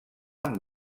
amb